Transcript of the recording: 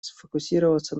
сфокусироваться